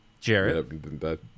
Jared